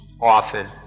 often